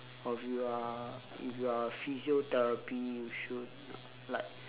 or if you are if you are a physiotherapy you should like